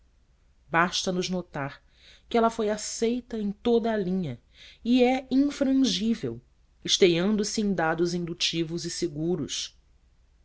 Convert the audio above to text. ciência basta nos notar que ela foi aceita em toda a linha e é infrangível esteando se em dados indutivos e seguros